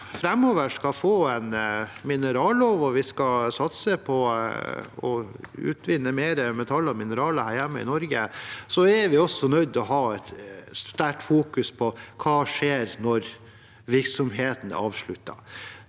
framover skal få en minerallov, og vi skal satse på å utvinne mer metaller og mineraler her hjemme i Norge, er vi også nødt til å ha et sterkt fokus på hva som skjer når virksomheten er avsluttet.